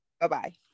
Bye-bye